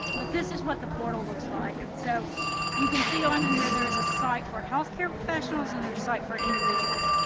but this is what the portal looks like. and so you can see on here there's a site for healthcare professionals and there's a site for individuals.